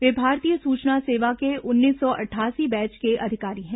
वे भारतीय सूचना सेवा के उन्नीस सौ अठासी बैच के अधिकारी हैं